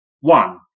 One